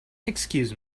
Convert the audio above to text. excuse